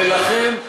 ולכן,